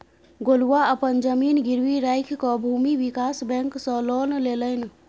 गोलुआ अपन जमीन गिरवी राखिकए भूमि विकास बैंक सँ लोन लेलनि